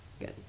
Good